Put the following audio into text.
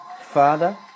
father